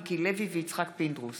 מיקי לוי ויצחק פינדרוס